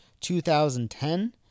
2010